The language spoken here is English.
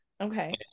Okay